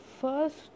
first